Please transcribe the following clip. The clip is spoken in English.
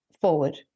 forward